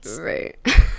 right